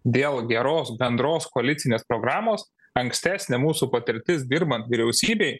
dėl geros bendros koalicinės programos ankstesnė mūsų patirtis dirbant vyriausybėj